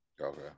okay